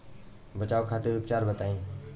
बचाव खातिर उपचार बताई?